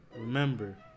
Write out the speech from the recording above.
remember